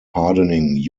hardening